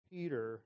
Peter